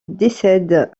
décède